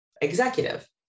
executive